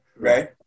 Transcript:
right